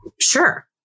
sure